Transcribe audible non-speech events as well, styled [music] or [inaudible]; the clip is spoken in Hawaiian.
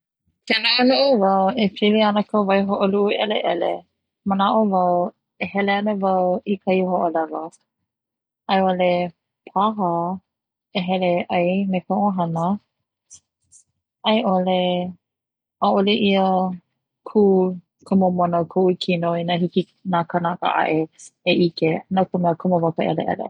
Ke noʻonoʻo wau e pili ana ka waihoʻoluʻu ʻeleʻele manaʻo wau e hele ana wau i kahi hoʻolewa, aiʻole paha e hele ʻai me ka ʻohana [hesitation] aiʻole ʻaʻole ia kū ka momona o koʻu kino ina hiki na kanaka aʻe e ʻike no ka mea komo wau ka ʻeleʻele.